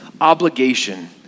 obligation